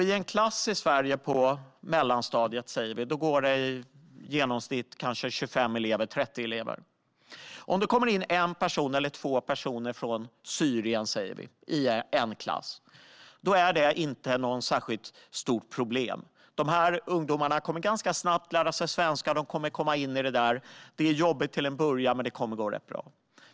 I en klass på låt oss säga mellanstadiet går det i genomsnitt 25-30 elever. Om det kommer in en eller två personer från Syrien i en sådan klass är det inte något stort problem. Dessa ungdomar kommer ganska snabbt att lära sig svenska och komma in i det hela. Det är jobbigt till en början, men det kommer att gå rätt bra.